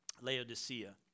Laodicea